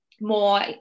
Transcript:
more